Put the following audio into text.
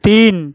তিন